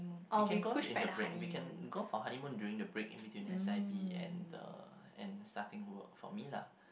we can go in the break we can go for honeymoon during the break in between S_I_P and the and starting work for me lah